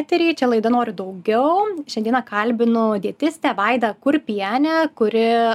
etery čia laida noriu daugiau šiandieną kalbinu dietistę vaidą kurpienę kuri